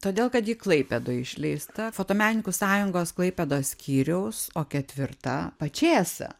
todėl kad ji klaipėdoj išleista fotomenininkų sąjungos klaipėdos skyriaus o ketvirta pačėsa